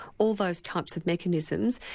all those types of mechanisms,